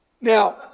Now